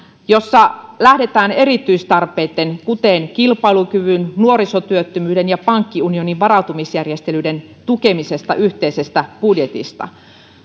jossa lähdetään erityistarpeitten kuten kilpailukyvyn nuorisotyöttömyyden ja pankkiunionin varautumisjärjestelyiden tukemisesta yhteisestä budjetista